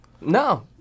no